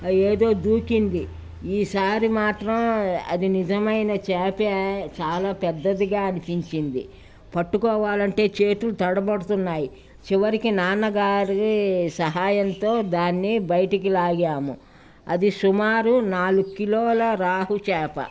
ఏదో దూకిింది ఈసారి మాత్రం అది నిజమైన చేపే చాలా పెద్దదిగా అనిపించింది పట్టుకోవాలంటే చేతులు తడబడుతున్నాయి చివరికి నాన్నగారి సహాయంతో దాన్ని బయటికి లాగాము అది సుమారు నాలుగు కిలోల రాహు చేప